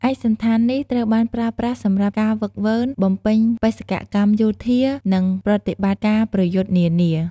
ឯកសណ្ឋាននេះត្រូវបានប្រើប្រាស់សម្រាប់ការហ្វឹកហ្វឺន បំពេញបេសកកម្មយោធា និងប្រតិបត្តិការប្រយុទ្ធនានា។